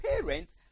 parents